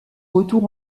retour